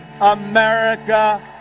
America